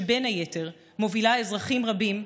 שבין היתר מובילה אזרחים רבים,